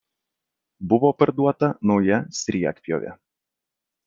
buvo parduota nauja sriegpjovė